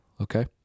Okay